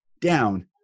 down